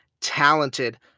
talented